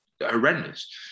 horrendous